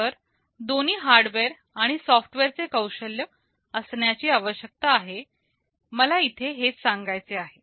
तर दोन्ही हार्डवेअर आणि सॉफ्टवेअरचे कौशल्य असण्याची आवश्यकता आहे मला इथे हेच सांगायचे आहे